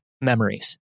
memories